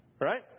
right